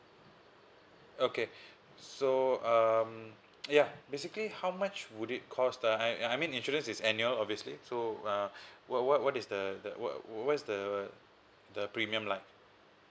okay so um ya basically how much would it cost uh I mean insurance is annual obviously so uh what what what is the what's the the premium lah